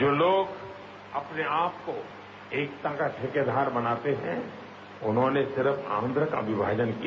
जो लोग अपने आप को एकता का ठेकेदार बताते हैं उन्होंने सिर्फ आंध्र का विभाजन किया